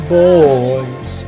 boys